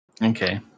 Okay